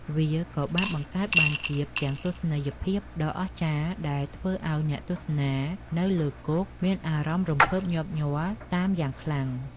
វាក៏បានបង្កើតបានជាផ្ទាំងទស្សនីយភាពមួយដ៏អស្ចារ្យ ដែលធ្វើឱ្យអ្នកទស្សនានៅលើគោកមានអារម្មណ៍រំភើបញាប់ញ័រតាមយ៉ាងខ្លាំង។